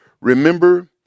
Remember